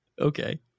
Okay